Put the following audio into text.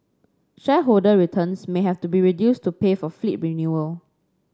shareholder returns may have to be reduced to pay for fleet renewal